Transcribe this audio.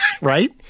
Right